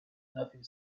nothing